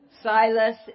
Silas